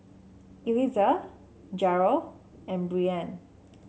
Eliezer Jerel and Breanne